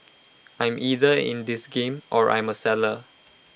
I'm either in this game or I'm A seller